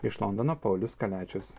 iš londono paulius kaliačius